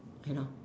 cannot